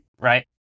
Right